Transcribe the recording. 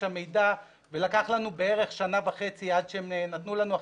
המידע ולקח לנו בערך שנה וחצי עד שנתנו לנו,